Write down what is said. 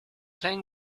playing